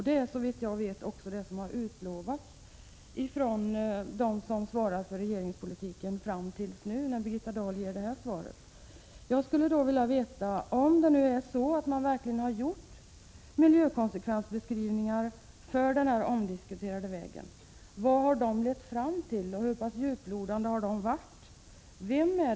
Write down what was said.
Det är, såvitt jag vet, vad som har utlovats ifrån dem som svarat för regeringspolitiken fram till nu, när Birgitta Dahl ger detta svar. Jag skulle vilja veta om det är så att man verkligen gjort miljökonsekvensbeskrivningar för denna omdiskuterade väg. Vad har de lett fram till, och hur pass djuplodande har de varit?